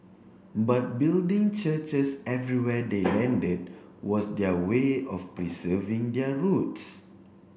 but building churches everywhere they landed was their way of preserving their roots